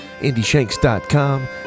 andyshanks.com